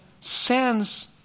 sends